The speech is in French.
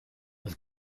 ont